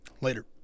later